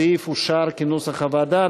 הסעיף אושר כנוסח הוועדה.